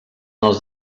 els